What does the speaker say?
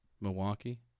Milwaukee